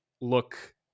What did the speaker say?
look